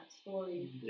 story